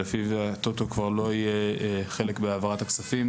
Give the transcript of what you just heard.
שלפיו הטוטו כבר לא יהיה חלק בהעברת הכספים,